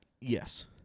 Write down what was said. Yes